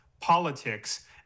politics